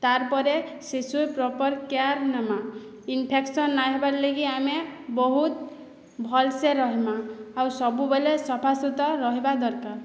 ତାର୍ପରେ ଶିଶୁର୍ proper care ନେମା ଇନ୍ଫେକ୍ସନ୍ ନାଇଁ ହେବାର୍ ଲାଗି ଆମେ ବହୁତ୍ ଭଲ୍ସେ ରହେମା ଆଉ ସବୁବେଲେ ସଫା ସୁତର୍ ରହେବା ଦର୍କାର୍